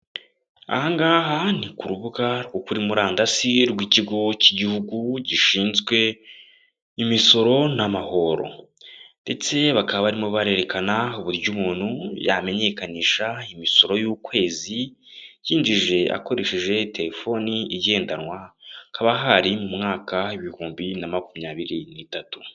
Aha ngaha ni ku rubuga rwo kuri murandasi rw'ikigo cy'igihugu gishinzwe imisoro n'amahoro, ndetse bakaba barimo barerekana uburyo umuntu yamenyekanisha imisoro y'ukwezi yinjije akoresheje terefoni igendanwa, hakaba hari mu mwaka w'ibihumbi na makumyabiri n'itatu.